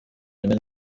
rimwe